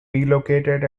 relocated